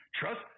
Trust